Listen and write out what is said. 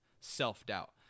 self-doubt